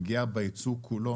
הפגיעה בייצוא כולו,